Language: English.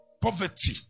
poverty